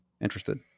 interested